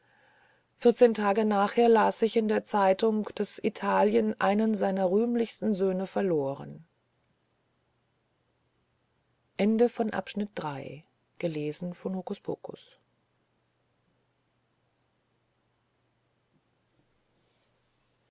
vierzehn tage nachher las ich in der zeitung daß italien einen seiner rühmlichsten söhne verloren